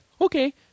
okay